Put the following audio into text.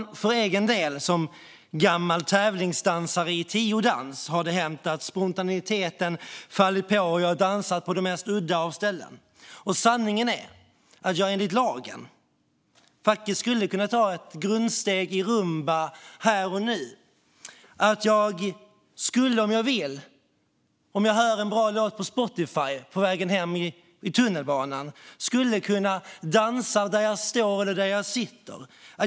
Det har hänt mig, som gammal tävlingsdansare i tiodans, att spontaniteten fallit på, och jag har dansat på de mest udda ställen. Sanningen är att jag enligt lagen skulle kunna ta ett grundsteg i rumba här och nu. Jag skulle om jag vill, om jag hör en bra låt på Spotify på väg hem i tunnelbanan, kunna dansa där jag står eller sitter.